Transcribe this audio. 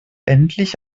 endlich